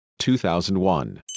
2001